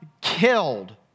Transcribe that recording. killed